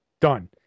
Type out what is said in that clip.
Done